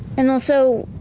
and also,